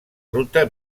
ruta